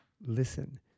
listen